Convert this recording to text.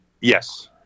Yes